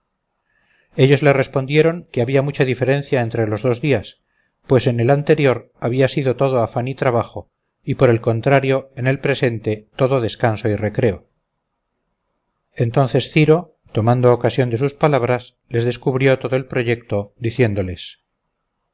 ellos le respondieron que había mucha diferencia entre los dos días pues en el anterior había sido todo afán y trabajo y por el contrario en el presente todo descanso y recreo entonces ciro tomando ocasión de sus palabras les descubrió todo el proyecto diciéndoles